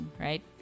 right